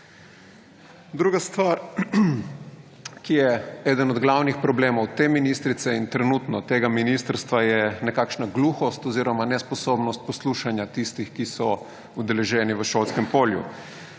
Druga stvar, ki je eden od glavnih problemov te ministrice in trenutno tega ministrstva, je nekakšna gluhost oziroma nesposobnost poslušanja tistih, ki so udeleženi v šolskem polju.